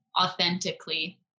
authentically